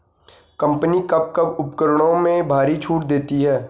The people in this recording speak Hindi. कंपनी कब कब उपकरणों में भारी छूट देती हैं?